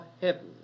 heaven